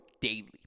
daily